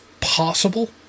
possible